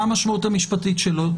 מה המשמעות המשפטית שלו?